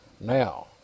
Now